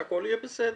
שהכל יהיה בסדר?